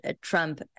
Trump